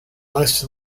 most